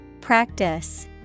Practice